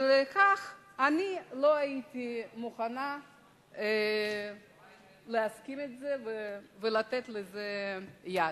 ולכך אני לא הייתי מוכנה להסכים ולתת לזה יד.